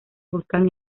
volcán